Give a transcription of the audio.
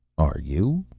are you?